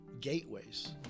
gateways